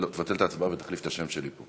תבטל את ההצבעה ותחליף את השם שלי.